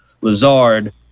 Lazard